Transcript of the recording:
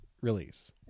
release